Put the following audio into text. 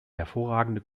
hervorragende